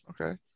okay